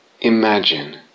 imagine